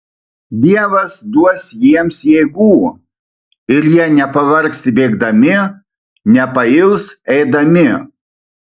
dievas duos jiems jėgų ir jie nepavargs bėgdami nepails eidami